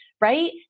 right